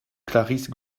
clarice